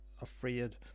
afraid